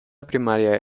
primaria